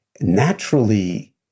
naturally